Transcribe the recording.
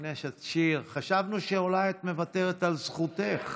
שיר, חשבנו שאולי את מוותרת על זכותך.